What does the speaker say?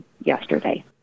yesterday